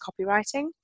Copywriting